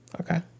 Okay